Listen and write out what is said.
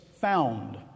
found